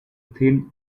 thin